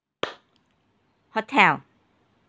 hotel